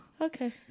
okay